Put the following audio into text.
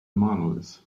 monolith